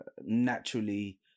naturally